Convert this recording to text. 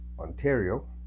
Ontario